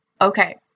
Okay